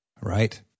Right